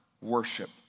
worship